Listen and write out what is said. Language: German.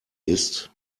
ist